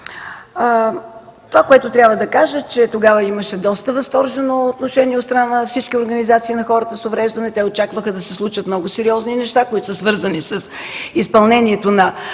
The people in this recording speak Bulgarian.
Това, което трябва да кажа, е, че тогава имаше доста въздържани отношения от страна на всички организации на хората с увреждания. Те очакваха да се случат много сериозни неща, които са свързани с изпълнението на